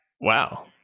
Wow